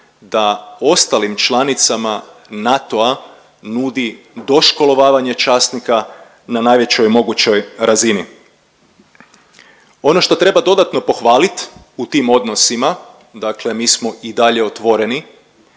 da ostalim članicama NATO-a nudi doškolovavanje časnika na najvećoj mogućoj razini. Ono što treba dodatno pohvalit u tim odnosima, dakle mi smo i dalje otvoreni